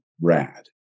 rad